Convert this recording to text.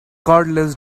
cordless